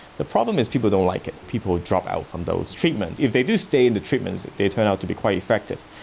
the problem is people don't like it, people will drop out from those treatments. if they do stay in the treatment, they turn out to be quite effective,